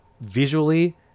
visually